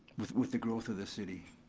with with the growth of the city.